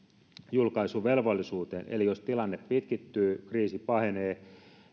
julkaisuvelvollisuuteen eli jos tilanne pitkittyy ja kriisi pahenee